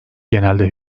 genelde